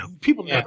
People